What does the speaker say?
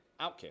OutKick